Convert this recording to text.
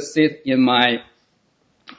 sit in my